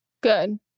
Good